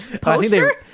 Poster